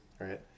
Right